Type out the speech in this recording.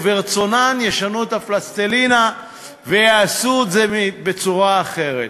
וברצותן ישנו את הפלסטלינה ויעשו את זה בצורה אחרת.